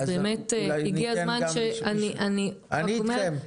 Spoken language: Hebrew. אז באמת הגיע הזמן שאני --- אני אתכם,